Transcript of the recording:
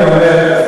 לכן אני אומר,